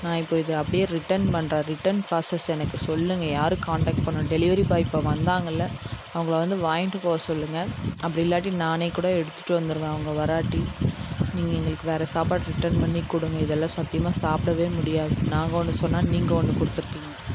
நான் இப்போ இதை அப்படியே ரிட்டன் பண்ணுறேன் ரிட்டன் ப்ராசஸ் எனக்கு சொல்லுங்கள் யாருக்கு காண்டக்ட் பண்ணணும் டெலிவரி பாய் இப்போ வந்தாங்கல்ல அவங்களை வந்து வாங்கிட்டு போக சொல்லுங்கள் அப்படி இல்லாட்டி நானே கூட எடுத்துகிட்டு வந்துடுவேன் அவங்க வராட்டி நீங்கள் எங்களுக்கு வேறு சாப்பாடு ரிட்டன் பண்ணி கொடுங்க இதெல்லாம் சத்தியமாக சாப்பிடவே முடியாது நாங்கள் ஒன்று சொன்னால் நீங்கள் ஒன்று கொடுத்துருக்கீங்க